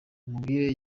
umubwire